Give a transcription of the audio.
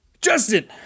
Justin